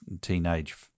teenage